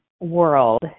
world